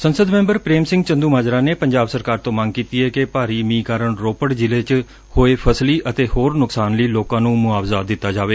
ਸੰਸਦ ਮੈਂਬਰ ਪ੍ਰੇਮ ਸਿੰਘ ਚੰਦੂਮਾਜਰਾ ਨੇ ਪੰਜਾਬ ਸਰਕਾਰ ਤੋਂ ਮੰਗ ਕੀਤੀ ਏ ਕਿ ਭਾਰੀ ਮੀਂਹ ਕਾਰਨ ਰੋਪੜ ਜ਼ਿਲੇ ਚ ਹੋਏ ਫਸਲੀ ਅਤੇ ਹੋਰ ਨੁਕਸਾਨ ਲਈ ਲੋਕਾਂ ਨੂੰ ਮੁਆਵਜ਼ਾ ਦਿੱਤਾ ਜਾਵੇ